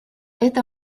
это